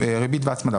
והצמדה.